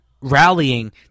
rallying